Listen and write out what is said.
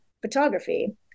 photography